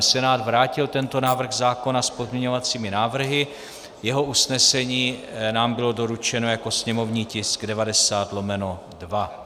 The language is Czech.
Senát vrátil tento návrh zákona s pozměňovacími návrhy, jeho usnesení nám bylo doručeno jako sněmovní tisk 90/2.